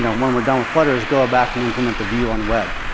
when we're done with flutter, is go back and implement the view on web.